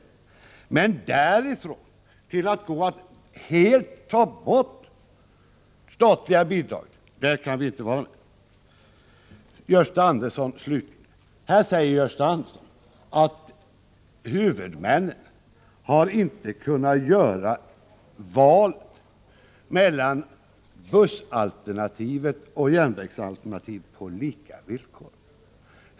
Men om moderaterna därifrån vill gå så långt, att de hävdar att man helt skall ta bort statliga bidrag, kan vi inte vara med. Slutligen några ord till Gösta Andersson. Han säger att huvudmännen inte har kunnat göra valet mellan bussalternativet och järnvägsalternativet på lika villkor.